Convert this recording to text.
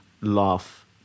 laugh